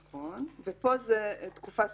נכון, ופה זו תקופה סופית.